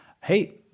Hey